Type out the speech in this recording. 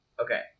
Okay